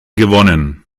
gewonnen